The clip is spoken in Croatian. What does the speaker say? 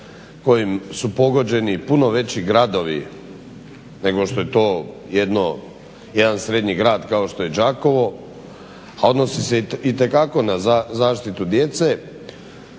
kojim su pogođeni i puno veći gradovi nego što je to jedan srednji grad kao što je Đakovo, a odnosi se itekako na zaštitu djece